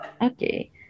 Okay